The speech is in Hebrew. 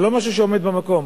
זה לא משהו שעומד במקום.